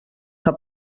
que